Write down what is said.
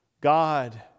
God